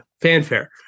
fanfare